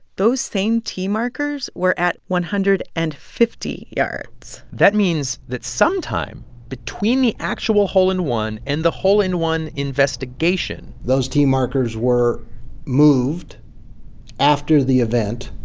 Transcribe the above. those same tee markers were at one hundred and fifty yards that means that sometime between the actual hole in one and the hole in one investigation. those tee markers were moved after the event